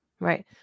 Right